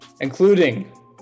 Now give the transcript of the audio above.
including